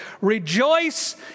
Rejoice